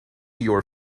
your